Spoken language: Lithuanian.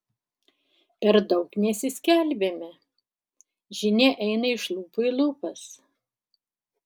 per daug nesiskelbiame žinia eina iš lūpų į lūpas